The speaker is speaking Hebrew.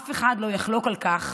אף אחד לא יחלוק על כך